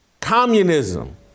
Communism